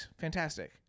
fantastic